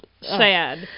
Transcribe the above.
sad